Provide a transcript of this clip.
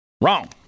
Wrong